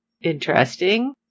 interesting